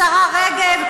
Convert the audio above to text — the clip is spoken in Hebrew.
השרה רגב,